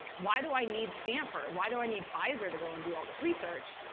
why do i need stanford? why do i need pfizer to go and do all this research?